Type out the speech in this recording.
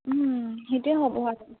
সেইটোৱে হ'ব